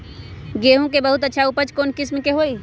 गेंहू के बहुत अच्छा उपज कौन किस्म होई?